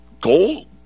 gold